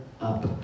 up